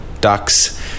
Ducks